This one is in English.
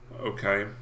okay